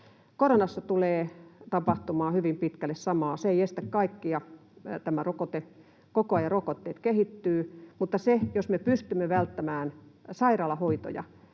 Koronassa tulee tapahtumaan hyvin pitkälle samaa. Tämä rokote ei estä kaikkia. Koko ajan rokotteet kehittyvät, mutta jos me pystymme välttämään sairaalahoitoja